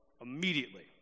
immediately